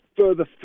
further